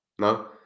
No